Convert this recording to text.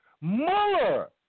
Mueller